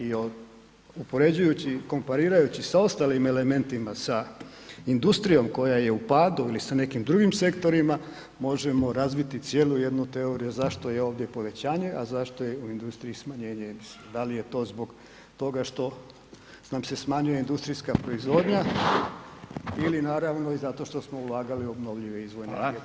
I upoređujući, komparirajući sa ostalim elementima, sa industrijom koja je u padu ili sa nekim drugim sektorima možemo razviti cijelu jednu teoriju zašto je ovdje povećanje, a zašto je u industriji smanje emisija, dal je to zbog toga što nam se smanjuje industrijska proizvodnja ili naravno i zato što smo ulagali u obnovljive izvore [[Upadica: Hvala]] sve do sad.